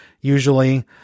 usually